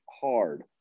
hard